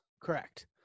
Correct